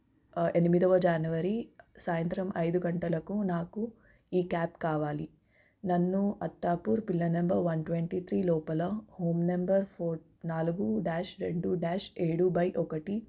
ఎనిమిదవ జాన్వరి సాయంత్రం ఐదు గంటలకు నాకు ఈ క్యాబ్ కావాలి నన్ను Attapur pillar number one twenty three లోపల రూమ్ నెంబర్ ఫోర్ నాలుగు డ్యాష్ రెండు డ్యాష్ ఏడు బై ఒకటి